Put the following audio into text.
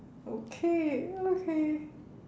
okay okay